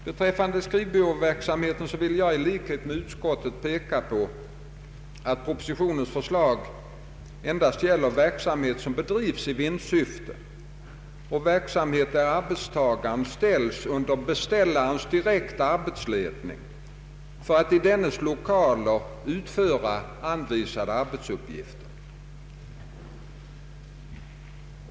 Beträffande <skrivbyråverksamheten vill jag i likhet med utskottsmajoriteten peka på att propositionens förslag endast gäller verksamhet som bedrivs i vinstsyfte och verksamhet där arbetstagaren ställs under beställarens direkta arbetsledning för att i dennes lokaler utföra anvisade arbetsuppgifter.